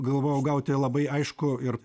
galvojau gauti labai aiškų ir